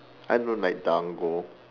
I don't like dango